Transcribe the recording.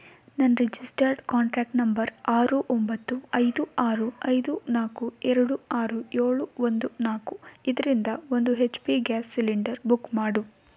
ನನ್ನ registered contact number ಆರು ಒಂಬತ್ತು ಐದು ಆರು ಐದು ನಾಲ್ಕು ಎರಡು ಆರು ಏಳು ಒಂದು ನಾಲ್ಕು ಇದರಿಂದ ಒಂದು H P gas cylinder book ಮಾಡು